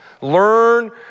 learn